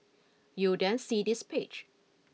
you'll then see this page